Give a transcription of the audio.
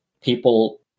People